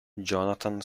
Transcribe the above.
jonathan